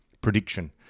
Prediction